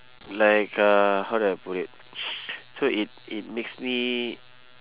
like uh how do I put it so it it makes me